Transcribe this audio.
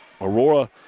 Aurora